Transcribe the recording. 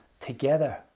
together